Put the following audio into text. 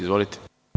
Izvolite.